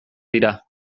dira